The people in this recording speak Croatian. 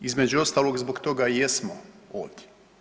Između ostalog i zbog toga jesmo ovdje.